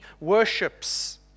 worships